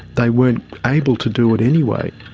they weren't able to do it anyway.